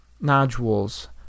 nodules